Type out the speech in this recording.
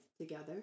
together